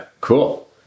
cool